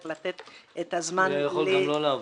גם לתת את הזמן -- זה יכול היה גם לא לעבור.